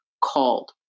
called